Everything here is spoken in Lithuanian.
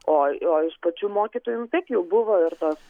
o o iš pačių mokytojų nu taip jau buvo ir tos